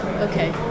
Okay